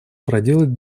проделать